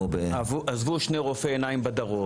עזבו שני רופאי עיניים בדרום,